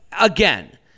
again